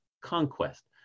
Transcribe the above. conquest